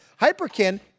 Hyperkin